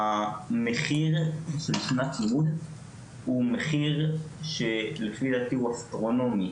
שהמחיר של שנת לימוד הוא מחיר שלפי דעתי הוא אסטרונומי.